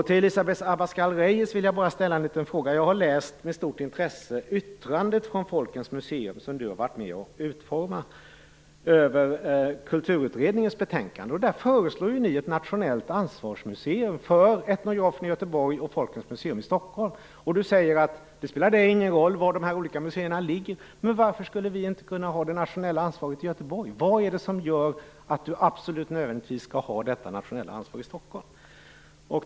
Till Elisa Abascal Reyes har jag en liten fråga: Jag har med stort intresse läst det yttrande från Folkens Museum som Elisa Abascal Reyes varit med om att utforma och som gäller Kulturutredningens betänkande. Där föreslår ni ett nationellt ansvarsmuseeum för Etnografen i Göteborg och Folkens museum i Stockholm. Elisa Abascal Reyes säger att det inte spelar henne någon roll var de olika museerna ligger. Men varför skulle vi inte kunna ha det nationella ansvaret i Göteborg? Vad är det som gör att Elisa Abascal Reyes nödvändigt vill ha detta nationella ansvar i Stockholm?